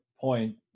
point